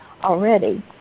already